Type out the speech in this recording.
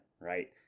right